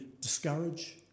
discourage